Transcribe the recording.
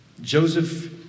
Joseph